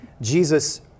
Jesus